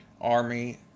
Army